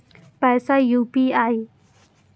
पैसा यू.पी.आई?